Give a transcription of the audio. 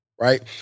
right